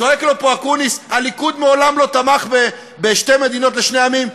צועק לו פה אקוניס: הליכוד מעולם לא תמך בשתי מדינות לשני עמים,